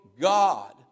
God